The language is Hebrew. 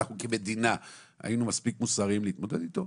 אנחנו כמדינה היינו מספיק מוסריים להתמודד איתו?